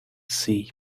see